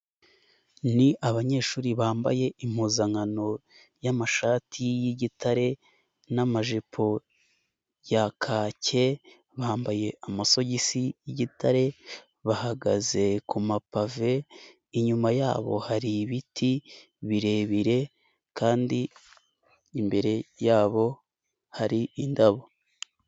Ni abanyeshuri bambaye impuzankano y'amashati y'igitare n'amajipo ya kake, bambaye amasogisi y'igitare bahagaze ku mapave, inyuma yabo hari ibiti birebire kandi imbere yabo hari indabo.